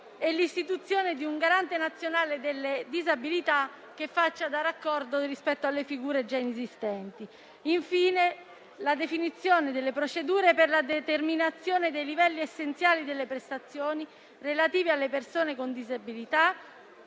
e l'istituzione di un Garante nazionale delle disabilità, che faccia da raccordo rispetto alle figure già esistenti. Da ultimo, si prevede la definizione delle procedure per la determinazione dei livelli essenziali delle prestazioni relative alle persone con disabilità